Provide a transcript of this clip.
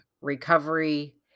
recovery